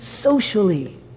socially